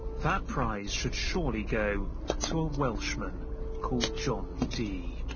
that prize should surely go to a welshman called john dee,